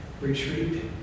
retreat